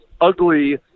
ugly